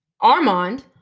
Armand